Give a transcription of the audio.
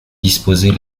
disposée